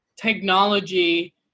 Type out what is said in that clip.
Technology